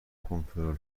کنترل